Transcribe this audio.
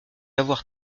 avoir